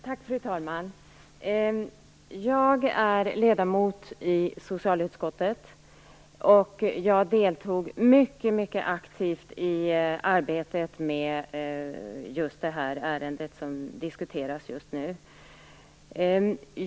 Fru talman! Jag är ledamot av socialutskottet, och jag deltog mycket aktivt i arbetet med det ärende som diskuteras just nu.